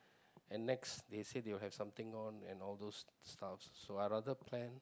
and next they say they got something on so I rather plan